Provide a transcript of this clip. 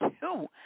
two